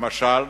למשל,